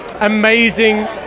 Amazing